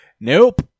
Nope